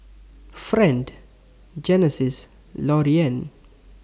Friend Genesis Lorean